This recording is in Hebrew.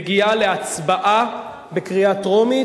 מגיעה להצבעה בקריאה טרומית,